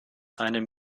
einem